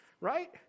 Right